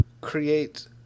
create